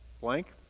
Blank